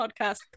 podcast